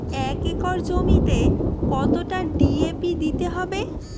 এক একর জমিতে কতটা ডি.এ.পি দিতে হবে?